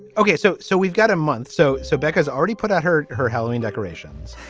ok. so. so we've got a month so. so becca's already put out her her halloween decorations.